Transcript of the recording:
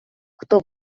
хто